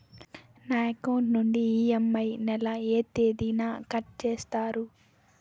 నా అకౌంట్ నుండి ఇ.ఎం.ఐ నెల లో ఏ తేదీన కట్ చేస్తారు?